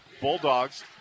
Bulldogs